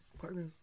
partners